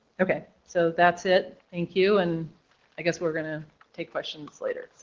okay, so that's it thank you and i guess we're gonna take questions later.